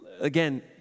Again